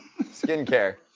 Skincare